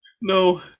No